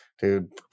dude